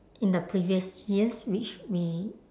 in the previous years which we